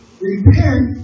repent